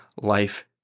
life